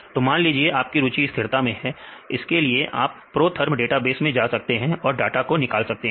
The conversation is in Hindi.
तो मान लीजिए आपकी रूचि स्थिरता में है इसके लिए आप प्रोथर्म डेटाबेस मैं जा सकते हैं और डाटा को निकाल सकते हैं